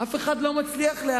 אנחנו לא מצליחים לקרוא את זה.